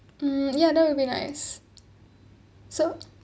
mm ya that will be nice so